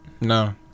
No